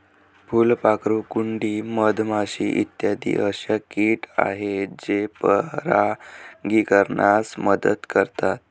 फुलपाखरू, कुंडी, मधमाशी इत्यादी अशा किट आहेत जे परागीकरणास मदत करतात